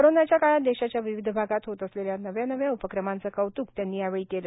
कोरोनाच्या काळात देशाच्या विविध भागात होत असलेल्या नवनव्या उपक्रमांचं कौतुक त्यांनी यावेळी केलं